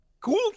cool